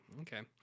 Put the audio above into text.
okay